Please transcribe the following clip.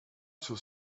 son